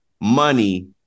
money